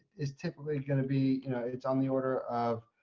is typically going to be you know it's on the order of